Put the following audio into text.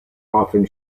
often